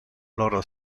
loro